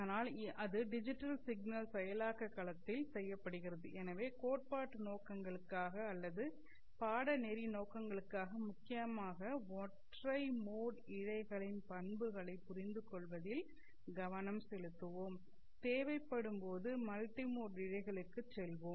ஆனால் அது digital signal செயலாக்க களத்தில் செய்யப்படுகிறது எனவே கோட்பாட்டு நோக்கங்களுக்காக அல்லது பாடநெறி நோக்கங்களுக்காக முக்கியமாக ஒற்றை மோட் இழைகளின் பண்புகளைப் புரிந்துகொள்வதில் கவனம் செலுத்துவோம் தேவைப்படும் போது மல்டிமோட் இழைகளுக்கு செல்வோம்